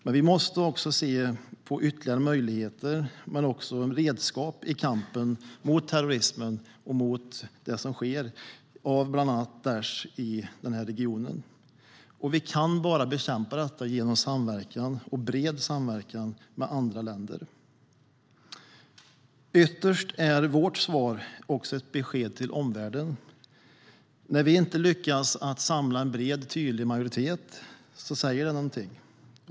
Men vi måste också se på ytterligare möjligheter och redskap i kampen mot terrorismen och det som utförs av bland annat Daish i regionen. Vi kan bekämpa detta bara genom samverkan - bred samverkan - med andra länder. Ytterst är vårt svar också ett besked till omvärlden. När vi inte lyckas samla en bred och tydlig majoritet säger det något.